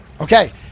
okay